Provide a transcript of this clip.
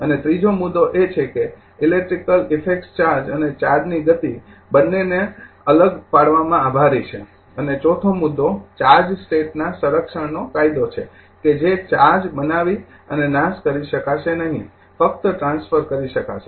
અને ત્રીજો મુદ્દો એ છે કે ઇલેક્ટ્રિકલ ઇફેક્ટ્સ ચાર્જ અને ચાર્જની ગતિ બંનેને અલગ પાડવામાં આભારી છે અને ચોથો મુદ્દો ચાર્જ સ્ટેટના સંરક્ષણનો કાયદો છે કે જે ચાર્જ બનાવી અને નાશ કરી શકાશે નહીં ફક્ત ટ્રાન્સફર કરી શકાશે